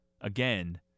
Again